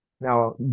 Now